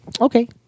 Okay